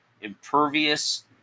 Impervious